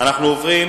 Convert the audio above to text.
אנחנו עוברים